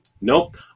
nope